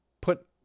put